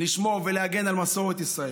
לשמור ולהגן על מסורת ישראל,